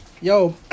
Yo